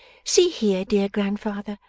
see here, dear grandfather,